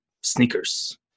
sneakers